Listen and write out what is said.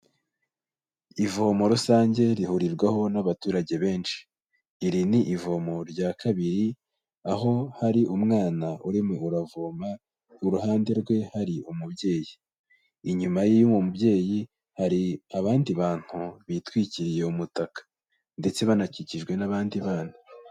Ivomo rusange rihurirwaho n'abaturage benshi, iri ni ivomo rya kabiri, aho hari umwana urimo uravoma, iruhande rwe hari umubyeyi, inyuma y'uwo mubyeyi hari abandi bantu bitwikiriye umutaka, ndetse banakikijwe n'abandi bana.